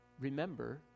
remember